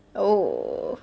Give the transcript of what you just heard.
oh